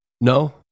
No